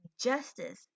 justice